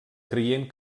creient